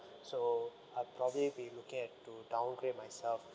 so I've probably be looking at to downgrade myself